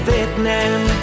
Vietnam